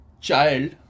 child